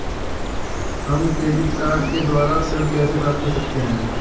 हम credit card के द्वारा ऋण कैसे प्राप्त कर सकते हैं?